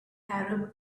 arab